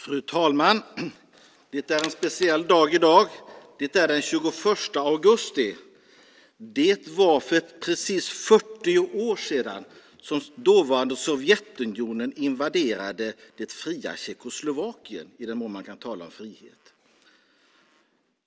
Fru talman! Det är en speciell dag i dag. Det är den 21 augusti. För precis 40 år sedan invaderade dåvarande Sovjetunionen det fria Tjeckoslovakien, i den mån man kan tala om frihet.